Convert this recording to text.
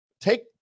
take